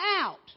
out